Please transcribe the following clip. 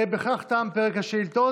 בכך תם פרק השאילתות.